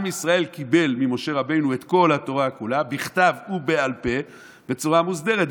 עם ישראל קיבל ממשה רבנו את כל התורה כולה בכתב ובעל פה בצורה מוסדרת,